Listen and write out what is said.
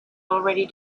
already